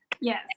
yes